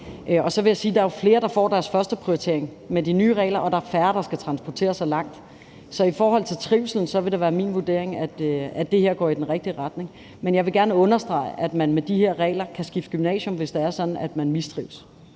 der jo flere, der får deres første prioritering, og der er færre, der skal transportere sig langt. Så i forhold til trivsel vil det være min vurdering, at det her går i den rigtig retning. Men jeg vil gerne understrege, at man med de her regler kan skifte gymnasium, hvis det er sådan, at man mistrives.